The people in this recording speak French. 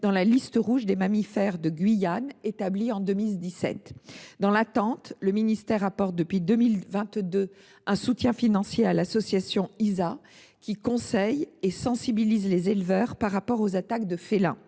dans la liste rouge des mammifères de Guyane établie en 2017. Dans l’attente, le ministère apporte depuis 2022 un soutien financier à l’association Hisa, pour, qui conseille et sensibilise les éleveurs aux attaques de félins.